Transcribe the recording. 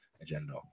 agenda